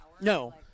No